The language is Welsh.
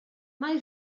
mae